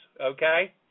okay